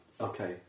Okay